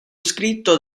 scritto